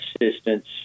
assistance